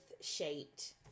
shaped